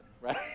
right